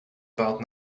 about